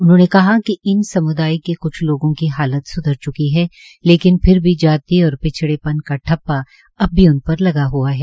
उन्होंने कहा कि सम्दाय के क्छ लोगों की हालत स्धर च्की है लेकिन फिर भी जाति और पिछड़ेपन का ठप्पा अब भी उन पर लगा हुआ है